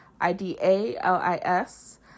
I-D-A-L-I-S